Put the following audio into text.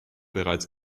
bereits